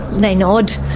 they nod,